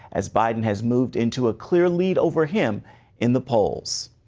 as biden has moved into a clear lead over him in the polls.